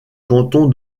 canton